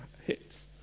hits